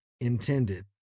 intended